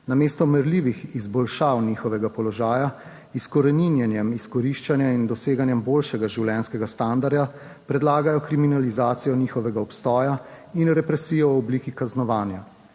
Namesto merljivih izboljšav njihovega položaja, izkoreninjenja izkoriščanja in doseganja boljšega življenjskega standarda predlagajo kriminalizacijo njihovega obstoja in represijo v obliki kaznovanja.